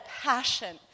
passion